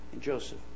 Joseph